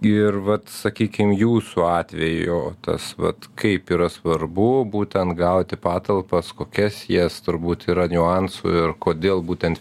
ir vat sakykim jūsų atveju tas vat kaip yra svarbu būtent gauti patalpas kokias jas turbūt yra niuansų ir kodėl būtent